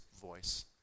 voice